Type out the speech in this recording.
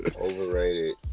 Overrated